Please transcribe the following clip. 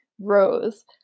rose